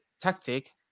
tactic